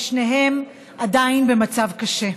ושניהם עדיין במצב קשה.